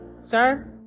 sir